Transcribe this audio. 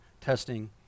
testing